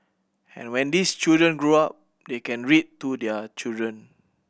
and when these children grow up they can read to their children